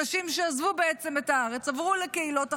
אנשים שעזבו את הארץ, עברו לקהילות אחרות,